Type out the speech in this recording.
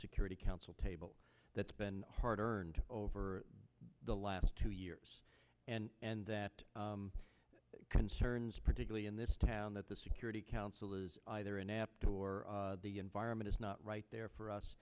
security council table that's been hard earned over the last two years and that concerns particularly in this town that the security council is either an apt or the environment is not right there for us